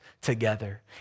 together